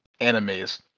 animes